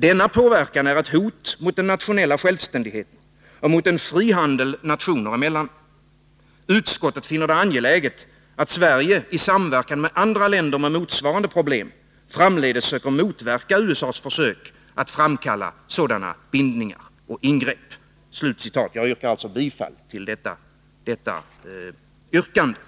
Denna påverkan är ett hot mot den nationella självständigheten och mot en fri handel nationer emellan. Utskottet finner det angeläget att Sverige — i samverkan med andra länder med motsvarande problem — framdeles söker motverka USA:s försök att framkalla sådana bindningar och ingrepp. Jag yrkar alltså bifall till detta yrkande.